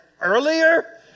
earlier